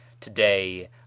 today